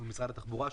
ומול משרד התחבורה.